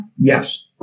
Yes